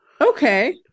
Okay